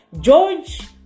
George